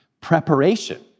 preparation